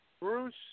Bruce